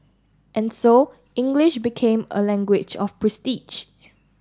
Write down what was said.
and so English became a language of prestige